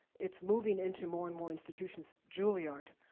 it's moving into more and more institutions. juilliard,